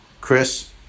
Chris